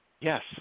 Yes